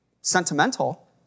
sentimental